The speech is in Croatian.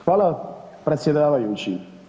Hvala predsjedavajući.